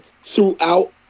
throughout